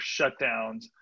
shutdowns